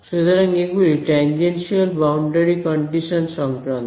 সুতরাং এগুলি tangential boundary condition সংক্রান্ত